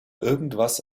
irgendwas